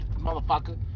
motherfucker